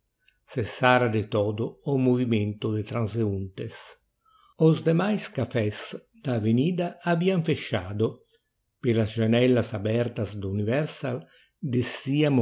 cessara de todo o movimento de transeuntes os demais cafés da avenida haviam fechado pelas janellas abertas do universal desciam